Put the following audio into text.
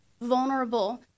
vulnerable